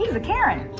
a karen